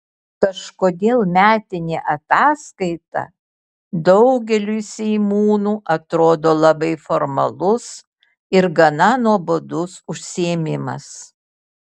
kažkodėl metinė ataskaita daugeliui seimūnų atrodo labai formalus ir gana nuobodus užsiėmimas